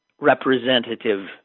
representative